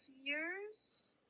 years